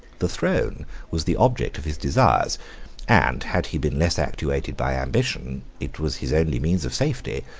the throne was the object of his desires and had he been less actuated by ambition, it was his only means of safety.